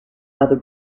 other